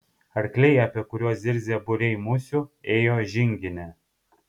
arkliai apie kuriuos zirzė būriai musių ėjo žingine